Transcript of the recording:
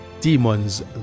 demons